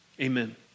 Amen